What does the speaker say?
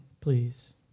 please